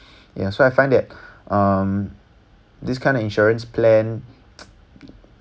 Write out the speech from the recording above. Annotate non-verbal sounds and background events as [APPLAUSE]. ya so I find that um this kind of insurance plan [NOISE]